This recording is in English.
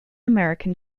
american